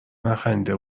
نخندیده